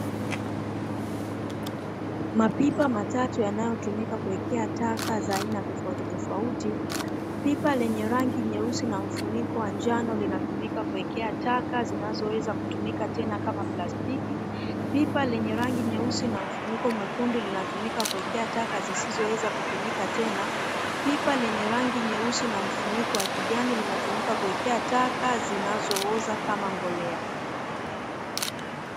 Mapipa matatu yanayotumika kuwekea taka za aina tofautitofauti, pipa lenye rangi nyeusi na mfuniko wa njano linatumika kuwekea taka zinazoweza kutumika tena kama plastiki. Pipa lenye rangi nyeusi na mfuniko mwekundu linatumika kuwekea taka zisizoweza kutumika tena, pipa lenye rangi nyeusi na mfuniko wa kijani linatumika kuwekea taka zinazooza kama mbolea.